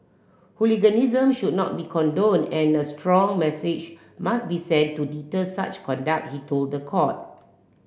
hooliganism should not be condoned and a strong message must be sent to deter such conduct he told the court